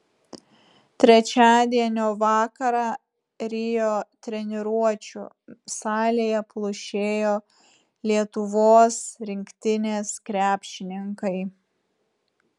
trečiadienio vakarą rio treniruočių salėje plušėjo lietuvos rinktinės krepšininkai